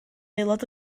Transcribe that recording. aelod